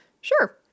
Sure